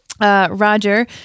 Roger